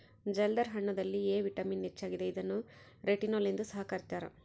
ಜಲ್ದರ್ ಹಣ್ಣುದಲ್ಲಿ A vitamin ಹೆಚ್ಚಾಗಿದೆ ಇದನ್ನು ರೆಟಿನೋಲ್ ಎಂದು ಸಹ ಕರ್ತ್ಯರ